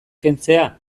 kentzea